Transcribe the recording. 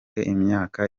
imyaka